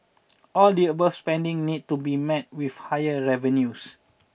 all the above spending need to be met with higher revenues